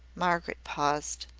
margaret paused.